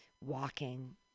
walking